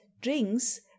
drinks